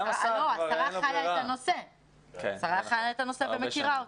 השרה חיה את הנושא ומכירה אותו.